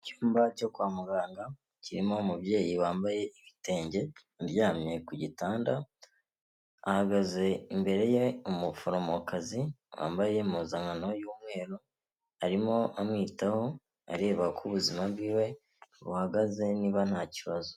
Icyumba cyo kwa muganga kirimo umubyeyi wambaye ibitenge uryamye ku gitanda, hahagaze imbere ye umuforomokazi wambaye impuzankano y'umweru arimo amwitaho areba uko ubuzima bw'iwe buhagaze niba nta kibazo.